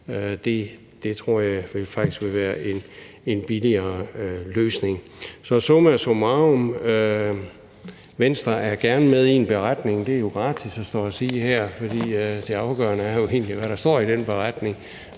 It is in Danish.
Det tror jeg faktisk vil være en billigere løsning. Så summa summarum: Venstre er gerne med til en beretning. Det er jo gratis at stå og sige her, for det afgørende er egentlig, hvad der står i den beretning,